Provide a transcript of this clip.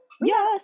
Yes